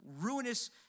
ruinous